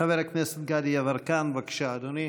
חבר הכנסת גדי יברקן, בבקשה, אדוני,